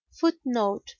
footnote